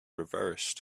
reversed